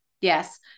Yes